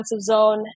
zone